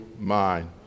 mind